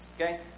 Okay